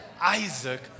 Isaac